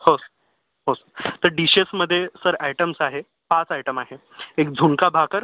हो सर हो सर तर डिशेसमध्ये सर आयटम्स आहे पाच आयटम आहे एक झुणका भाकर